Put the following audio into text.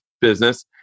business